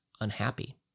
unhappy